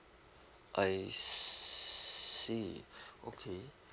I see okay